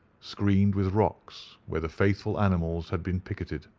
screened with rocks, where the faithful animals had been picketed.